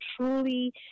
truly